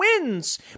wins